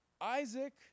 Isaac